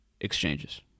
exchanges